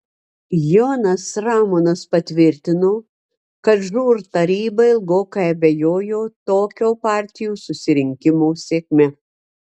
jonas ramonas patvirtino kad žūr taryba ilgokai abejojo tokio partijų susirinkimo sėkme